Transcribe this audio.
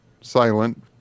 silent